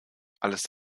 alles